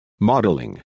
Modeling